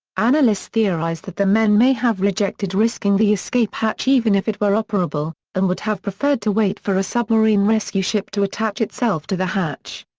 analysts theorize that the men may have rejected risking the escape hatch even if it were operable, and would have preferred to wait for a submarine rescue ship to attach itself to the hatch.